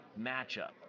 matchup